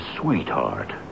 sweetheart